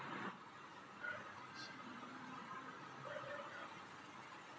बगीचे के फूलों का ध्यान रख माली अपना काम अच्छे से करता है